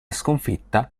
sconfitta